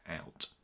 out